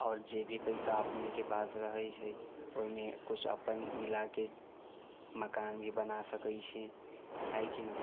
आओर जेभी पैसा अपनेके पास रहै छै ओहिमे कुछ अपन मिलाइके मकान भी बना सकै छी है कि न